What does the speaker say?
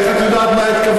איך את יודעת למה התכוונתי?